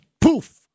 poof